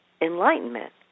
enlightenment